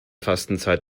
fastenzeit